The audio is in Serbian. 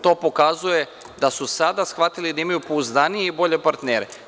To pokazuje da su sada shvatili da imaju pouzdanije i bolje partnere.